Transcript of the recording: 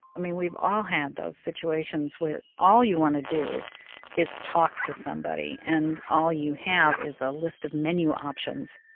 i mean, we've all had those situations where all you want to do is talk to somebody and all you have is a list of menu options.